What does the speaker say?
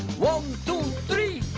one, two, three